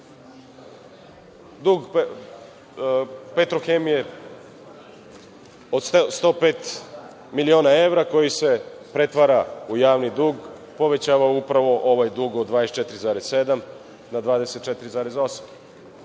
„Petrohemije“ od 105 miliona evra, koji se pretvara u javni dug, povećava upravo ovaj dug od 24,7 na 24,8.